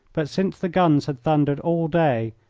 but since the guns had thundered all day,